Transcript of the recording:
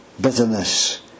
bitterness